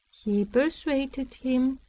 he persuaded him,